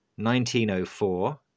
1904